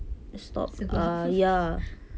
sebab apa